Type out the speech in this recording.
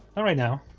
all right now